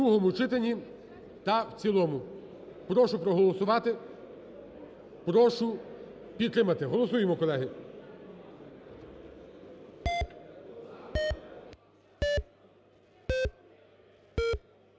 другому читанні та в цілому. Прошу проголосувати, прошу підтримати. Голосуємо, колеги.